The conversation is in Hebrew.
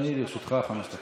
בבקשה, אדוני, לרשותך חמש דקות.